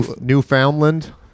Newfoundland